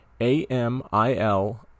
amil